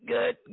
Good